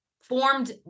formed